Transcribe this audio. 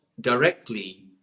directly